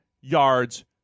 yards